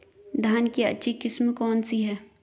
धान की अच्छी किस्म कौन सी है?